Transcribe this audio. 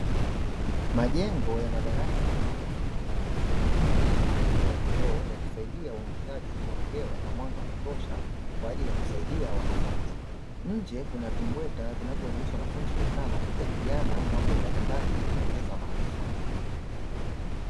Majengo ya madarasa shule ya sekondari yenye madirisha makubwa ya vioo yakisaidia uingizaji wa hewa na mwanga wa kutosha kwa ajili ya kusaidia wanafunzi, nje kuna vimbweta vinavyoruhusu wanafunzi kukaa na kujadiliana mambo mbalimbali kuongeza maarifa.